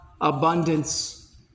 abundance